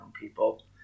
people